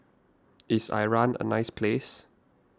is Iran a nice place